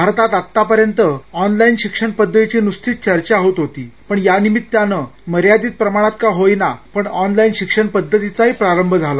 भारतात आत्तापर्यंत ऑनलाईन शिक्षण पद्धतीची नुसतीच चर्चा होत होती पण या निमित्तानं मर्यादित प्रमाणात का होईना पण ऑनलाईन शिक्षण पद्धतीचा प्रारंभ तरी झाला